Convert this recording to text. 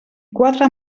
quatre